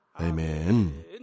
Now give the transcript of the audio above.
Amen